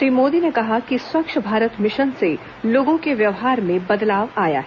श्री मोदी ने कहा कि स्वच्छ भारत मिशन से लोगों के व्यवहार में बदलाव आया है